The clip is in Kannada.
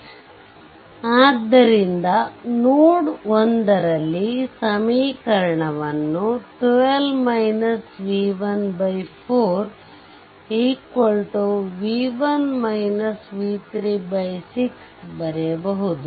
ವಾಸ್ತವವಾಗಿ i4 6 ಆಗಿದೆ ಆದ್ದರಿಂದ ನೋಡ್ 1 ನಲ್ಲಿ ಸಮೀಕರಣವನ್ನು 4 6 ಬರೆಯಬಹುದು